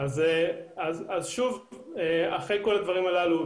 אז אחרי כל הדברים הללו,